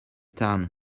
town